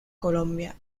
colombia